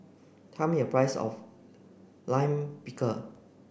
tell me the price of Lime Pickle